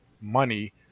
money